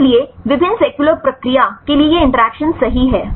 इसलिए विभिन्न सेल्युलर प्रक्रिया के लिए ये इंटरैक्शन सही हैं